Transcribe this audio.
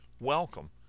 Welcome